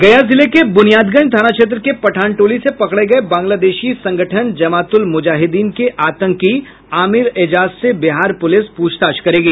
गया जिले के बुनियादगंज थाना क्षेत्र के पठान टोली से पकड़े गये बांग्लादेशी संगठन जमात उल मुजाहिद्दीन के आतंकी आमीर एजाज से बिहार पुलिस पूछताछ करेगी